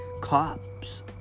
cops